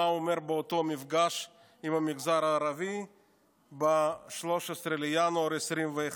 באותו מפגש עם המגזר הערבי ב-13 בינואר 2021,